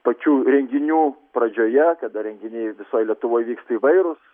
pačių renginių pradžioje kada renginiai visoj lietuvoj vyksta įvairūs